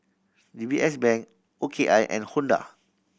D B S Bank O K I and Honda